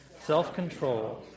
self-control